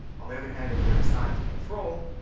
on the other hand, if they're assigned to control,